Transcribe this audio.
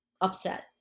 upset